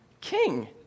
King